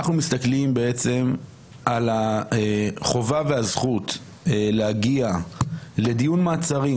אנחנו מסתכלים בעצם על החובה והזכות להגיע לדיון מעצרים,